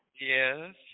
Yes